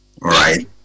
right